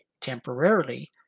temporarily